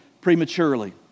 prematurely